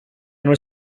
were